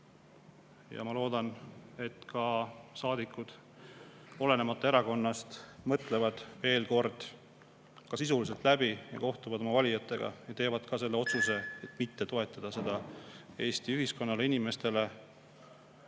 Ma loodan, et saadikud, olenemata erakonnast, mõtlevad selle veel kord sisuliselt läbi, kohtuvad oma valijatega ja teevad ka otsuse mitte toetada seda Eesti ühiskonnale ja inimestele